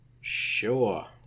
Sure